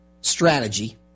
strategy –